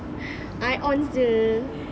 I ons jer